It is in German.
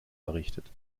errichtet